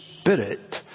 Spirit